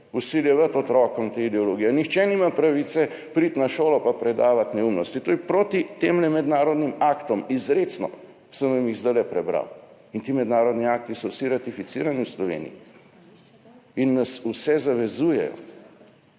vsiljevati otrokom te ideologije! Nihče nima pravice priti na šolo in predavati neumnosti! To je proti tem mednarodnim aktom, izrecno sem vam jih zdaj prebral. In ti mednarodni akti so vsi ratificirani v Sloveniji in nas vse zavezujejo.